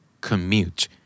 commute